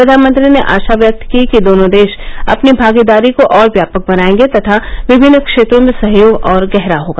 प्रधानमंत्री ने आशा व्यक्त की कि दोनों देश अपनी भागीदारी को और व्यापक बनाएंगे तथा विभिन्न क्षेत्रों में सहयोग और गहरा होगा